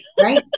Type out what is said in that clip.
Right